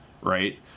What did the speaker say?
right